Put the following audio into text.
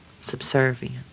subservient